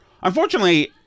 Unfortunately